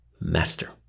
Master